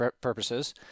purposes